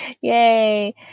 Yay